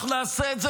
אנחנו נעשה את זה,